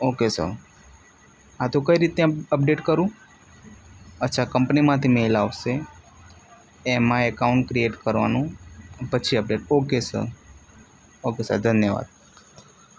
okay sir હા તો કઈ રીતે અપડેટ કરું અચ્છા કંપનીમાંથી મેલ આવશે એમાં એકાઉન્ટ ક્રિએટ કરવાનું પછી update okay sir okay sir ધન્યવાદ